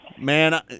Man